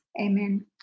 amen